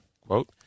quote